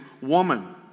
woman